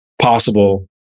possible